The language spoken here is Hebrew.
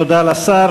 תודה לשר.